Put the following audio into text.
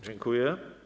Dziękuję.